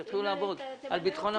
שיתחילו לעבוד על ביטחון המדינה.